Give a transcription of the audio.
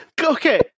Okay